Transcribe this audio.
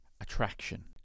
attraction